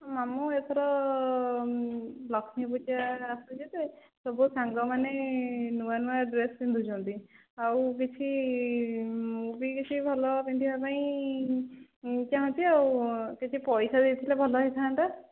ମାମୁଁ ଏଥର ଲକ୍ଷ୍ମୀପୂଜା ଆସୁଛି ଯେ ସବୁ ସାଙ୍ଗମାନେ ନୂଆ ନୂଆ ଡ୍ରେସ୍ ପିନ୍ଧୁଛନ୍ତି ଆଉ ଦେଖି ମୁଁ ବି କିଛି ଭଲ ପିନ୍ଧିବା ପାଇଁ ଚାହୁଁଛି ଆଉ କିଛି ପଇସା ଦେଇଥିଲେ ଭଲ ହୋଇଥାନ୍ତା